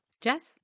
jess